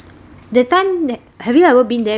that time that have you ever been there before